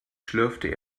schlürfte